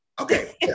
Okay